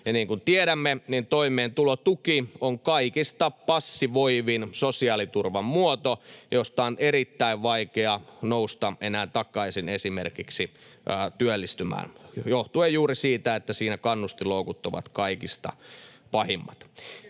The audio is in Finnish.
Ja niin kuin tiedämme, toimeentulotuki on kaikista passivoivin sosiaaliturvan muoto, josta on erittäin vaikea nousta enää takaisin esimerkiksi työllistymään, johtuen juuri siitä, että siinä kannustinloukut ovat kaikista pahimmat.